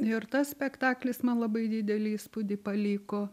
ir tas spektaklis man labai didelį įspūdį paliko